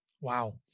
Wow